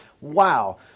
wow